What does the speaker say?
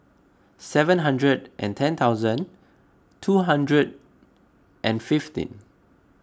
seven hundred and ten thousand two hundred and fifteen